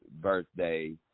birthday